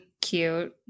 Cute